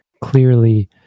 clearly